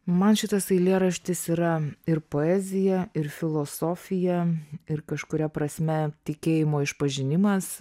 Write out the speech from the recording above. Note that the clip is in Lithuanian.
man šitas eilėraštis yra ir poezija ir filosofija ir kažkuria prasme tikėjimo išpažinimas